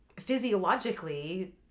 physiologically